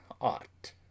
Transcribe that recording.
ought